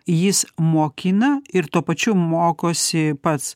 jis mokina ir tuo pačiu mokosi pats